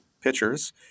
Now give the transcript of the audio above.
pitchers